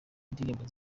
indirimbo